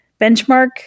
benchmark